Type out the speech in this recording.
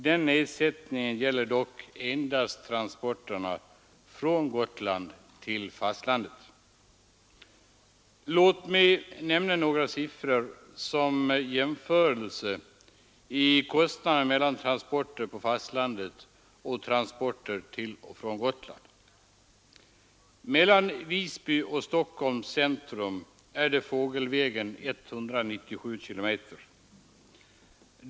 Den nedsättningen gäller dock endast transporter från Gotland till fastlandet. Låt mig som jämförelse nämna några siffror beträffande kostnaderna för transporter på fastlandet och transporter till och från Gotland. Mellan Visby och Stockholms centrum är avståndet fågelvägen 197 km.